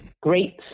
great